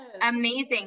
amazing